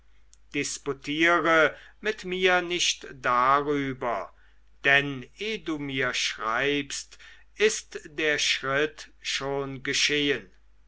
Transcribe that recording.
disputiere mit mir nicht darüber denn eh du mir schreibst ist der schritt schon geschehen